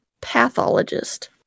pathologist